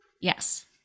yes